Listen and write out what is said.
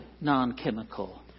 non-chemical